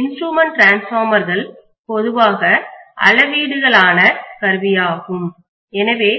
instrument டிரான்ஸ்பார்மர்கள் பொதுவாக அளவீடுகளான கருவியாகும் எனவே